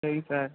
சரிங் சார்